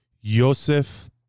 Yosef